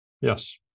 Yes